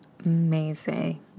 Amazing